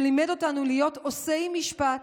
שלימד אותנו להיות עושי משפט,